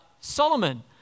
Solomon